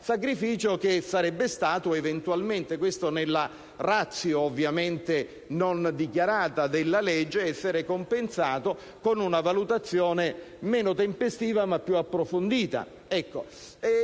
tempestività, che sarebbe stato eventualmente - questo nella *ratio* ovviamente non dichiarata della legge - compensato con una valutazione meno tempestiva ma più approfondita.